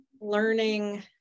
learning